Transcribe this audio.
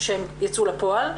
שהם ייצאו לפועל.